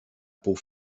peau